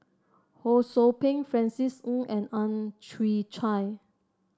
Ho Sou Ping Francis Ng and Ang Chwee Chai